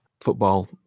football